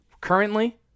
Currently